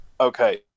Okay